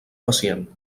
pacient